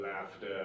laughter